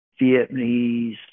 Vietnamese